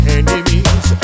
enemies